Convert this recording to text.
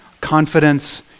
Confidence